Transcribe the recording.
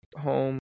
home